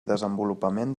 desenvolupament